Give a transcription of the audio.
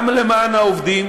גם למען העובדים